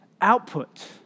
output